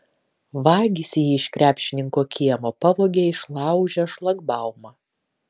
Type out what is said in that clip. vagys jį iš krepšininko kiemo pavogė išlaužę šlagbaumą